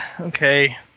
Okay